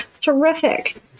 terrific